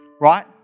Right